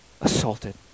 assaulted